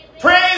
Praise